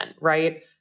right